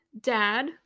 dad